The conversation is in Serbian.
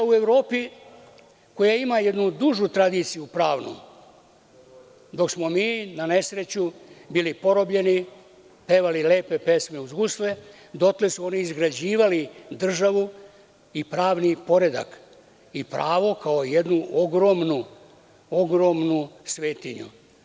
U Evropi, koja ima jednu dužu pravnu tradiciju, dok smo mi na nesreću bili porobljeni, pevali lepe pesme uz gusle, dotle su oni izgrađivali državu i pravni poredak i pravo kao jednu ogromnu svetinju.